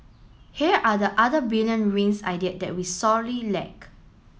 here are the other brilliant rings idea that we sorely lack